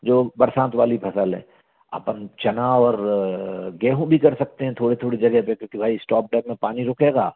जो बरसात वाली फ़सल है अपन चना और गेहूं भी कर सकते हैं थोड़े थोड़ी जगह पे क्योंकि भाई इस्टॉप डैम में पानी रुकेगा